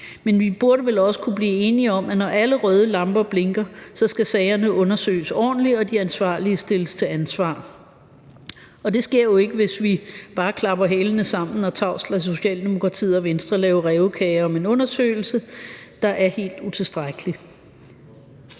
Men vi burde vel også kunne blive enige om, at når alle røde lamper blinker, skal sagerne undersøges ordentligt og de ansvarlige stilles til ansvar, og det sker jo ikke, hvis vi bare klapper hælene sammen og tavst lader Socialdemokratiet og Venstre lave rævekager om en undersøgelse, der er helt utilstrækkelig.